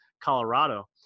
colorado